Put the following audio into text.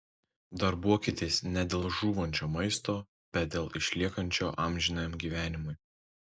darbuokitės ne dėl žūvančio maisto bet dėl išliekančio amžinajam gyvenimui